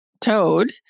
toad